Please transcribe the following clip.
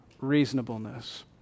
reasonableness